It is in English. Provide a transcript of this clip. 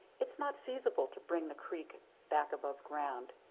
it's not feasible to bring the creek back above ground.